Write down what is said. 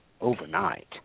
overnight